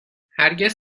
هرگز